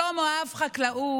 שלמה אהב חקלאות,